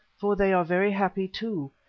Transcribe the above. for they are very happy too,